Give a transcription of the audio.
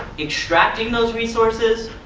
extracting those resources,